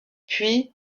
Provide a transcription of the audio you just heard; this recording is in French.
puis